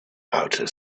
outer